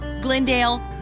Glendale